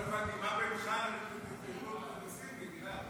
לא הבנתי מה בינך לבין הטרלול הפרוגרסיבי, גלעד.